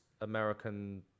American